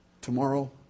tomorrow